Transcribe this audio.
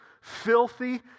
filthy